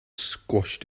squashed